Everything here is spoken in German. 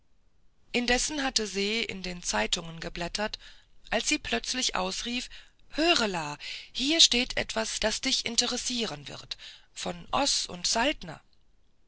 indessen hatte se in den zeitungen geblättert als sie plötzlich ausrief höre la hier steht etwas das dich interessieren wird von oß und saltner